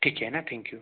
ठीक है ना थैंक यू